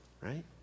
right